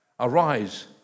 Arise